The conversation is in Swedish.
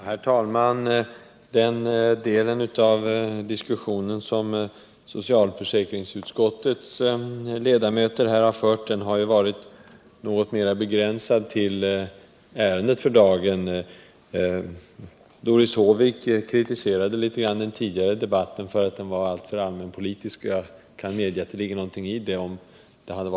Herr talman! Den diskussion som socialförsäkringsutskottets ledamöter nu har fört har varit något mer begränsad till ärendet för dagen än den tidigare debatten. Doris Håvik var kritisk mot att debatten tidigare var alltför allmänpolitisk, och jag kan medge att det ligger något i den kritiken.